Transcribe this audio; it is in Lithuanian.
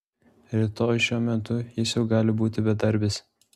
rytoj šiuo metu jis jau gali būti bedarbis